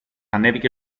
ανέβηκε